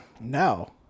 No